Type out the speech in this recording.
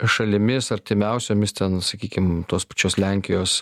šalimis artimiausiomis ten sakykim tos pačios lenkijos